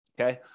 Okay